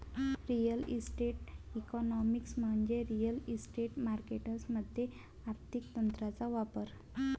real estate economics म्हणजे real estate markets मध्ये आर्थिक तंत्रांचा वापर